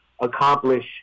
accomplish